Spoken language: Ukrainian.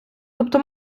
тобто